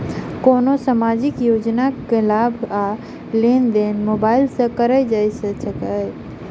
कोनो सामाजिक योजना केँ लाभ आ लेनदेन मोबाइल सँ कैर सकै छिःना?